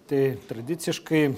tai tradiciškai